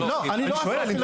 אני שואל,